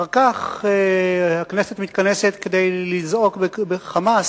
אחר כך הכנסת מתכנסת כדי לזעוק חמס,